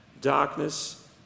darkness